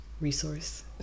resource